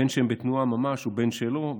בין שהם בתנועה ממש ובין אם לאו,